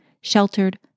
sheltered